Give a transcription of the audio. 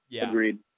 Agreed